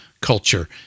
culture